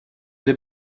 des